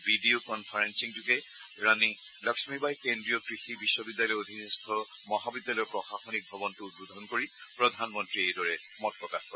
video কনফাৰেলিংযোগে ৰাণী লক্ষ্মীবাঈ কেন্দ্ৰীয় কৃষি বিশ্ববিদ্যালয় অধীনস্থ মহাবিদ্যালয়ৰ প্ৰশাসনিক ভৱনটো উদ্বোধন কৰি প্ৰধানমন্ত্ৰীয়ে এইদৰে মত প্ৰকাশ কৰে